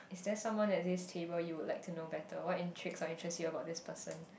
is there someone at this table you would like to know better what intrigues or interests you about this person